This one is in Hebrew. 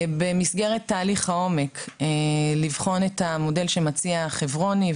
במסגרת תהליך העומק, לבחון את המודל שמציע חברוני.